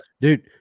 dude